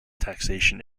taxation